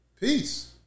Peace